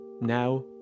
Now